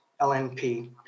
LNP